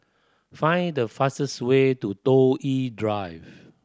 find the fastest way to Toh Yi Drive